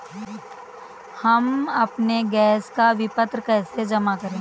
हम अपने गैस का विपत्र कैसे जमा करें?